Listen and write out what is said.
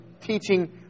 teaching